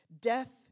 Death